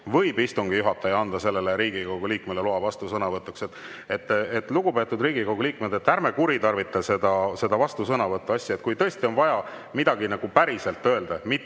võib istungi juhataja anda sellele Riigikogu liikmele loa vastusõnavõtuks. Lugupeetud Riigikogu liikmed, et ärme kuritarvita seda vastusõnavõtu [võimalust]. Kui tõesti on vaja midagi päriselt öelda,